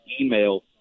email